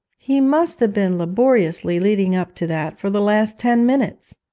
he must have been laboriously leading up to that for the last ten minutes!